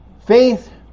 faith